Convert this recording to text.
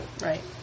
Right